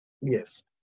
Yes